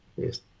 Yes